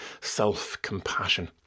self-compassion